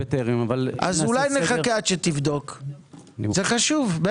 אז אולי נחכה כמה דקות שיביא לנו תשובה על בטרם?